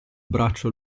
braccio